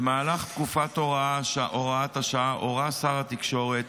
במהלך תקופת הוראת השעה הורה שר התקשורת